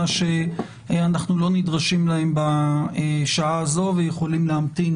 שאנחנו לא נדרשים להם בשעה הזו ויכולים להמתין